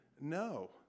No